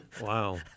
Wow